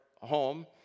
home